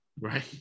right